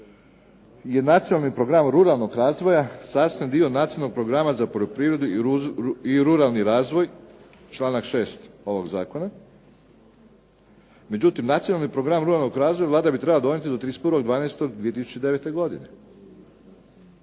je nacionalni program ruralnog razvoja sastavni dio nacionalnog programa za poljoprivredu i ruralni razvoj članak 6. ovog Zakona. Međutim, Nacionalni program ruralnog razvoja Vlada bi trebala donijeti do 31. 12. 2009. godine.